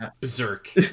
berserk